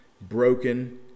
broken